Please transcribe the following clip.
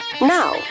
Now